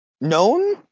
known